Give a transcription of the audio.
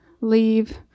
leave